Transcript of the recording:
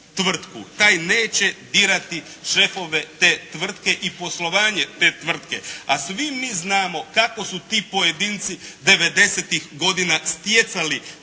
taj neće dirati šefove te tvrtke i poslovanje te tvrtke. A svi mi znamo kako su ti pojedinci 90.-ih godina stjecali